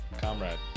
comrade